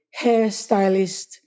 hairstylist